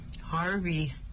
Harvey